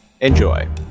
Enjoy